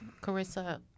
Carissa